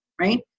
right